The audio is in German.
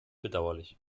bedauerlich